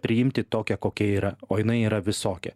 priimti tokią kokia yra o jinai yra visokia